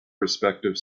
respective